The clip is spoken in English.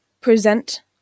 present